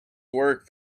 work